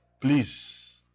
please